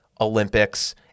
Olympics